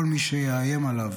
כל מי שיאיים עליו